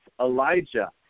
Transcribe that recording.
Elijah